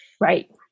Right